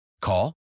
Call